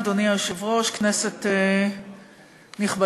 אדוני היושב-ראש, כנסת נכבדה,